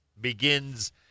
begins